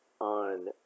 on